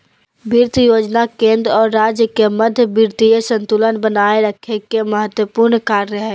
वित्त योजना केंद्र और राज्य के मध्य वित्तीय संतुलन बनाए रखे के महत्त्वपूर्ण कार्य हइ